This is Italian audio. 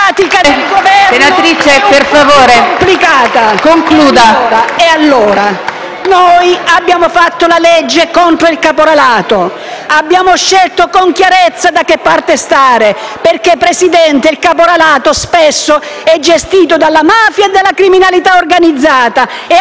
Senatrice, per favore concluda.